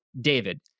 David